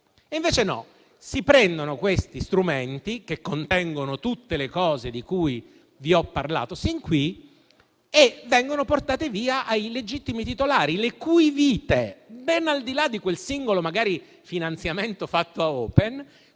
Invece si prendono questi strumenti, che contengono tutte le cose di cui vi ho parlato sin qui, e vengono portati via ai legittimi titolari, le cui vite, ben al di là di quel singolo finanziamento fatto alla